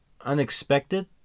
unexpected